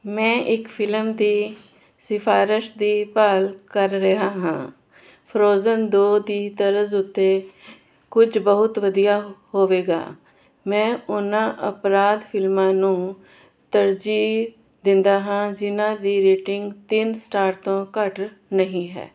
ਮੈਂ ਇੱਕ ਫਿਲਮ ਦੀ ਸਿਫਾਰਸ਼ ਦੀ ਭਾਲ ਕਰ ਰਿਹਾ ਹਾਂ ਫ੍ਰੋਜ਼ਨ ਦੋ ਦੀ ਤਰਜ਼ ਉੱਤੇ ਕੁਝ ਬਹੁਤ ਵਧੀਆ ਹੋਵੇਗਾ ਮੈਂ ਉਹਨਾਂ ਅਪਰਾਧ ਫਿਲਮਾਂ ਨੂੰ ਤਰਜੀਹ ਦਿੰਦਾ ਹਾਂ ਜਿਨ੍ਹਾਂ ਦੀ ਰੇਟਿੰਗ ਤਿੰਨ ਸਟਾਰ ਤੋਂ ਘੱਟ ਨਹੀਂ ਹੈ